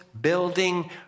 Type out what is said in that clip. building